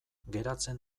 geratzen